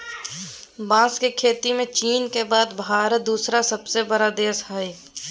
बांस के खेती में चीन के बाद भारत दूसरा सबसे बड़ा देश हइ